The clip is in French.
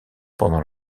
pendant